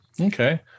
okay